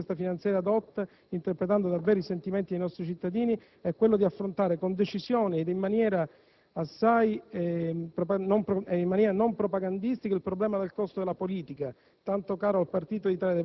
Il pilastro riformista che questa manovra finanziaria adotta, così interpretando davvero i sentimenti dei nostri cittadini, è quello di affrontare con decisione ed in maniera non propagandistica il problema del costo della politica